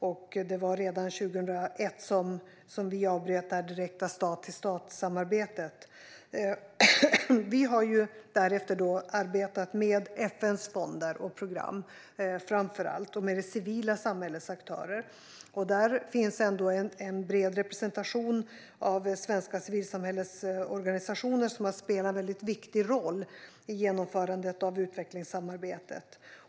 Sverige avbröt redan 2001 det direkta stat-till-stat-samarbetet. Sverige har därefter arbetat med framför allt FN:s fonder och program samt med civilsamhällets aktörer. Där finns ändå en bred representation av svenska civilsamhällesorganisationer som har spelat en mycket viktig roll i genomförandet av utvecklingssamarbetet.